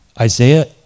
Isaiah